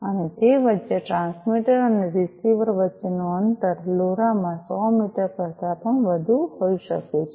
અને તે વચ્ચે ટ્રાન્સમીટર અને રીસીવર વચ્ચેનું અંતર લોરા માં 100 મીટર કરતાં પણ વધુ હોઈ શકે છે